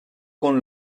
con